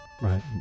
Right